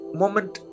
moment